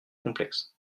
complexe